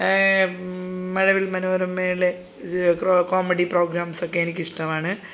മഴവിൽ മനോരമയിലെ ക്രോ കോമഡി പ്രോഗ്രാംസൊക്കെ എനിക്കിഷ്ടമാണ്